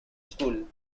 school